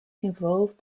involved